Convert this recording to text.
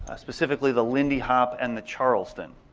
ah specifically the lindy hop and the charleston.